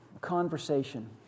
conversation